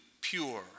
pure